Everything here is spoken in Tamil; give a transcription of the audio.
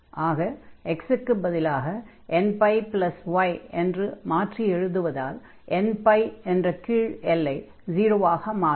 ஆக x க்குப் பதிலாக nπy என்று மாற்றி எழுதுவதால் nπ என்ற கீழ் எல்லை 0 ஆக மாறும்